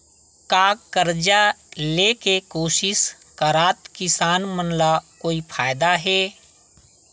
का कर्जा ले के कोशिश करात किसान मन ला कोई फायदा हे?